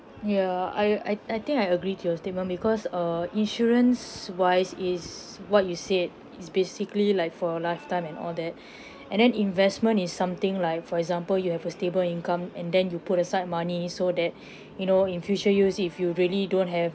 ya I I I think I agree to your statement because err insurance wise is what you said is basically like for a lifetime and all that and then investment is something like for example you have a stable income and then you put aside money so that you know in future use if you really don't have